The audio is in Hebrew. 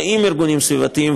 עם ארגונים סביבתיים,